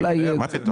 אולי יהיה יותר.